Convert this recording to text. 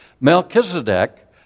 Melchizedek